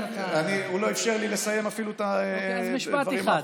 הוא לא אפשר לי לסיים אפילו את הדברים האחרונים.